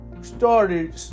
started